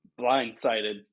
blindsided